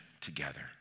together